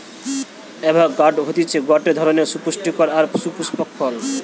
avocado হতিছে গটে ধরণের পুস্টিকর আর সুপুস্পক ফল